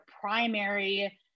primary